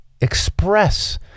express